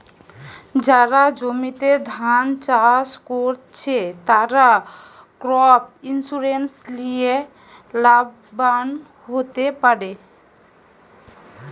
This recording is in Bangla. যারা জমিতে ধান চাষ কোরছে, তারা ক্রপ ইন্সুরেন্স লিয়ে লাভবান হোতে পারে